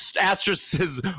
asterisks